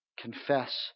confess